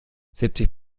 siebzig